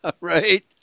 Right